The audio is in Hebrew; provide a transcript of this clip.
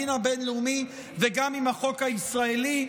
הדין הבין-לאומי וגם עם החוק הישראלי.